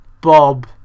Bob